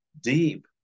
deep